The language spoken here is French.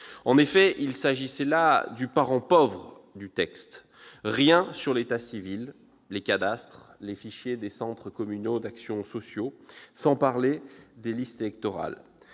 En effet, il s'agissait là du parent pauvre du texte : rien sur l'état civil, les cadastres, les fichiers des centres communaux d'action sociale ou les listes électorales.